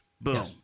boom